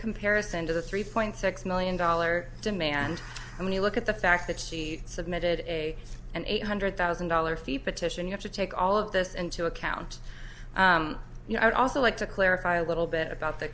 comparison to the three point six million dollar demand when you look at the fact that she submitted a an eight hundred thousand dollars fee petition you have to take all of this into account you know i'd also like to clarify a little bit about the